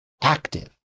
active